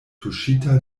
tuŝita